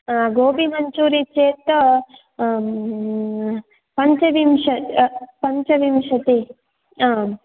गोबिमञ्चूरियन् चेत् पञ्चविंशत् पञ्चविंशति आम्